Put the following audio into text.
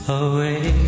away